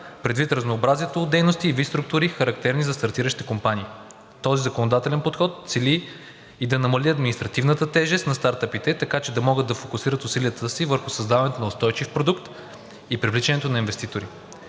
предвид разнообразието от дейности и вид структури, характерни за стартиращи компании. Този законодателен подход цели и да намали административната тежест на стартъпите, така че да могат да фокусират усилията си върху създаването на устойчив продукт и привличането на инвеститори.